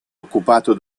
occupato